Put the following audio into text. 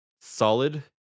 solid